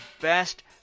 best